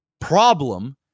problem